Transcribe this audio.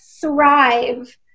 thrive